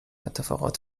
اتفاقات